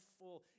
full